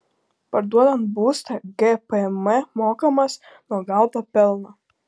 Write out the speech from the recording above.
parduodant būstą gpm mokamas nuo gauto pelno